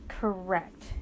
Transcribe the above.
Correct